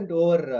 over